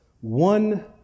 One